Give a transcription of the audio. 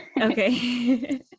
Okay